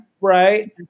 Right